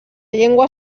llengua